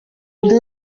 ndege